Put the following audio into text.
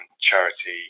charity